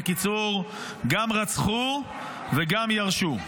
בקיצור, גם רצחו וגם ירשו.